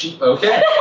Okay